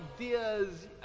idea's